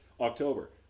October